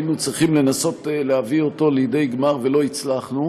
היינו צריכים לנסות להביא אותו לידי גמר ולא הצלחנו,